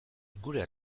gure